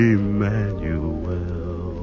Emmanuel